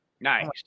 Nice